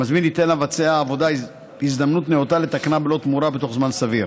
המזמין ייתן למבצע העבודה הזדמנות נאותה לתקנה בלא תמורה בתוך זמן סביר.